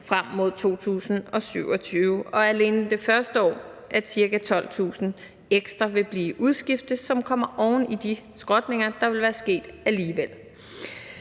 frem mod 2027, og at alene det første år vil ca. 12.000 ekstra blive udskiftet, som kommer oven i de skrotninger, der ville være sket alligevel.